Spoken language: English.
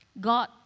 God